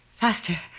Faster